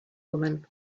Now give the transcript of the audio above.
woman